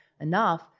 enough